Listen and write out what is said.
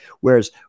Whereas